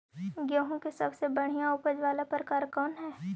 गेंहूम के सबसे बढ़िया उपज वाला प्रकार कौन हई?